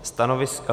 Stanovisko...